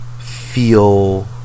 Feel